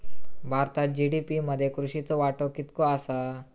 भारतात जी.डी.पी मध्ये कृषीचो वाटो कितको आसा?